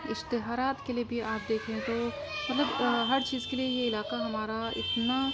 اشتہارات کے لیے بھی آپ دیکھیں تو مطلب ہر چیز کے لیے یہ علاقہ ہمارا اتنا